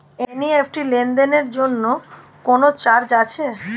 NEFT লেনদেনের জন্য কোন চার্জ আছে?